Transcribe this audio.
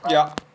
ya